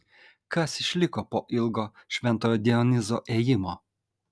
kas išliko po ilgo šventojo dionizo ėjimo